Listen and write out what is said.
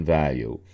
value